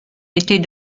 était